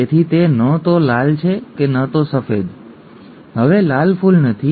તેથી તે ન તો લાલ છે કે ન તો સફેદCR CW ગુલાબી ફૂલમાં પરિણમ્યું છે હવે લાલ ફૂલ નથી